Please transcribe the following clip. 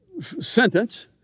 sentence